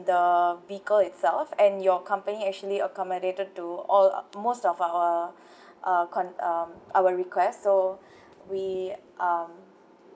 the vehicle itself and your company actually accommodated to all o~ most of our uh con~ uh our request so we um